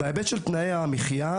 בהיבט של תנאי המחייה,